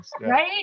Right